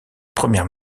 premières